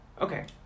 Okay